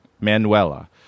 Manuela